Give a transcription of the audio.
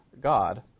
God